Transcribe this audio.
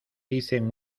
dicen